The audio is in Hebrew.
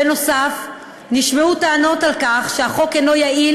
בנוסף, נשמעו טענות על כך שהחוק אינו יעיל